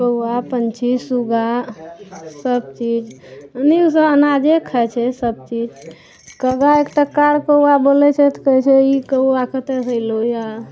कौआ पक्षी सूगा सब चीज अनेक तऽ अनाजे खाइ छै सब चीज कौआ एकटा कार कौआ बोलै छै तऽ कहै छै ई कौआ कतऽ सऽ अयलौ यऽ